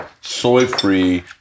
soy-free